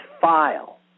file